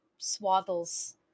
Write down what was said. swaddles